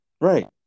Right